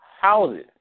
houses